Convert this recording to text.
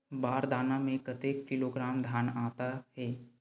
बार दाना में कतेक किलोग्राम धान आता हे?